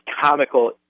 comical